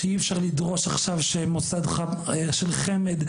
שאי אפשר לדרוש שמוסד של חמ"ד,